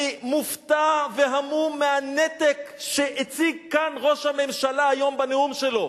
אני מופתע והמום מהנתק שהציג כאן ראש הממשלה היום בנאום שלו.